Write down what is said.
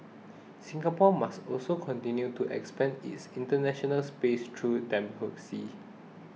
Singapore must also continue to expand its international space through diplomacy